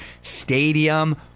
Stadium